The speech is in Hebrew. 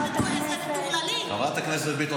מה עשית מאיתנו?